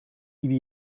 ieder